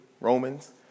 Romans